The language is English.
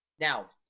Now